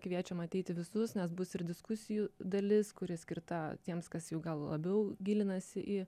kviečiam ateiti visus nes bus ir diskusijų dalis kuri skirta tiems kas jau gal labiau gilinasi į